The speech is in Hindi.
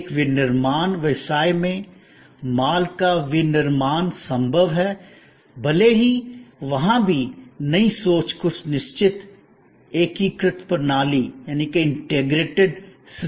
एक विनिर्माण व्यवसाय में माल का विनिर्माण संभव है भले ही वहाँ भी नई सोच कुछ निश्चित एकीकृत प्रणाली दिखती है